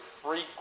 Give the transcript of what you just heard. frequent